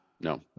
no